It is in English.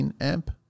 amp